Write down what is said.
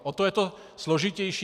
O to je to složitější.